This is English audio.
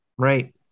Right